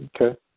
Okay